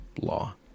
law